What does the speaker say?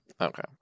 Okay